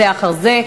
זה אחר זה,